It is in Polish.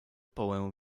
połę